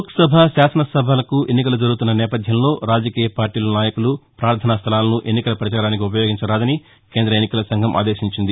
లోక్సభ శాసనసభలకు ఎన్నికలు జరుగుతున్న నేపథ్యంలో రాజకీయ పార్టీల నాయకులు ప్రార్ధనా స్టలాలను ఎన్నికల ప్రచారానికి ఉపయోగించరాదని కేంద్ర ఎన్నికల సంఘం ఆదేశించింది